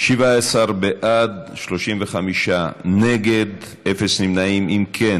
בר, עמיר פרץ, מרב מיכאלי, איתן כבל,